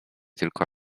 tylko